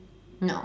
no